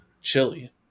Chili